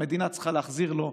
המדינה צריכה להחזיר לו.